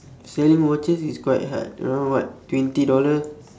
selling watches is quite hard around what twenty dollar